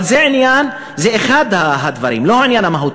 אבל זה אחד הדברים, לא העניין המהותי.